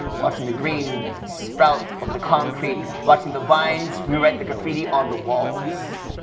watching the green sprout over the concrete, watching the vines rewrite the graffiti on the walls,